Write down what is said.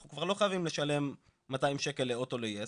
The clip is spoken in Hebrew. אנחנו כבר לא חייבים לשלם מאתיים שקל ל-הוט או ל-יס,